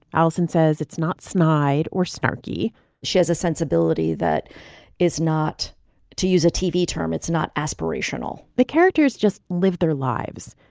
allison says it's not snide or snarky she has a sensibility that is not to use a tv term it's not aspirational. the characters just live their lives.